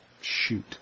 shoot